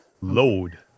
Load